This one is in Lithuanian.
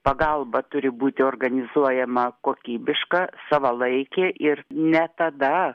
pagalba turi būti organizuojama kokybiška savalaikė ir ne tada